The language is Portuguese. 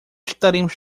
estaremos